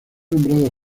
nombrado